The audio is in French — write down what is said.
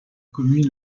commune